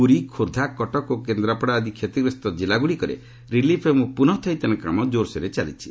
ପୁରୀ ଖୋର୍ଦ୍ଧା କଟକ ଓ କେନ୍ଦ୍ରାପଡା ଆଦି କ୍ଷତିଗ୍ରସ୍ତ ଜିଲ୍ଲାଗୁଡ଼ିକରେ ରିଲିଫ ଏବଂ ପୁନଃଥଇଥାନ କାମ ଯୋର୍ସୋର୍ରେ ଚାଲିଛି